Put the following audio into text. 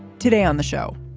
today on the show,